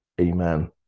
Amen